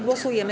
Głosujemy.